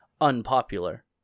unpopular